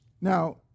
Now